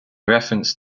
reference